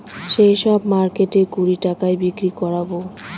সেই সব মার্কেটে কুড়ি টাকায় বিক্রি করাবো